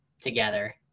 together